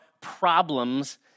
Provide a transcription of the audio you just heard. problems